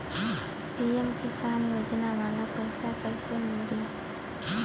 PM Kisan योजना वाला पैसा कईसे मिली?